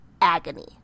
agony